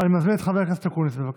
אני מזמין את חבר הכנסת אקוניס, בבקשה.